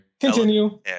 Continue